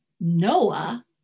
Noah